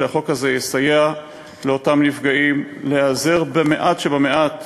שהחוק הזה יסייע לאותם נפגעים להיעזר מעט שבמעט